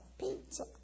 pizza